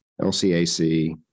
LCAC